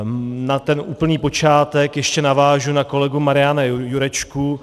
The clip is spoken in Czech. Na ten úplný počátek ještě navážu na kolegu Mariana Jurečku.